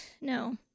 no